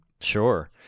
Sure